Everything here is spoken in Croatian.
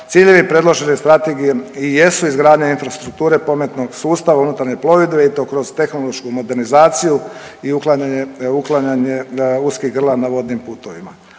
ciljevi predložene Strategije i jesu izgradnja infrastrukture, pametnog sustava unutarnje plovidbe i to kroz tehnološku modernizaciju i uklanjanje uskih grla na vodnim putovima,